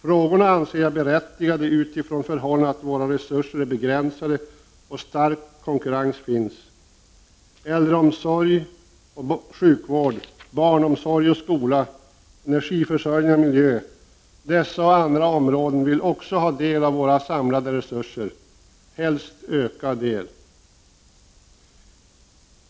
Frågorna anser jag berättigade utifrån förhållandet att våra resurser är begränsade och att stark konkurrens finns. Äldreomsorg och sjukvård, barnomsorg och skola, energiförsörjning och miljö — dessa och andra områden vill också ha del av våra resurser, helst ökad del.